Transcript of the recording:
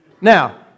Now